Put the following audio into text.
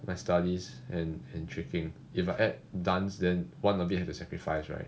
my studies and and tricking if I add dance then one of it have to sacrifice right